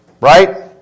Right